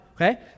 okay